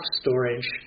storage